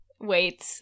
Wait